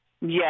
Yes